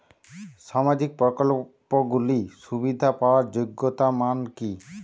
সামাজিক প্রকল্পগুলি সুবিধা পাওয়ার যোগ্যতা মান কি?